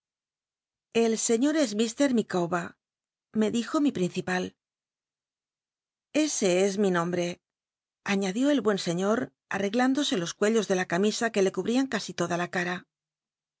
el eiior es h licawl er me dijo mi prineipal ese es mi nombre añadió el buen señor arreglándose los cuellos de la camisa que le cul rian t asi toda la cara